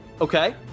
Okay